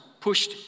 pushed